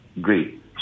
Great